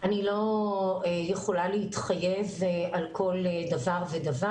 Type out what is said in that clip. אני לא יכולה להתחייב על כל דבר ודבר.